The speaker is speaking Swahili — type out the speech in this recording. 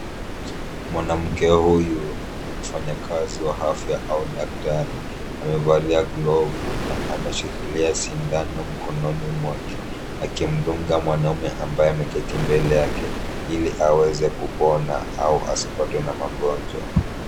Mwanamke huyu ni mfanyakazi wa afya au daktari, amevalia glovu na mameshikilia sindano mkononi mwake, akimdunga mwanaume ambaye ameketi mbele yake ikli naweze kupona au asipatwe na magonjwa.